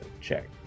check